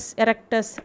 erectus